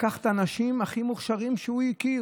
לקח את האנשים הכי מוכשרים שהוא הכיר,